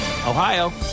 Ohio